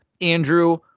Andrew